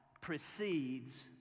precedes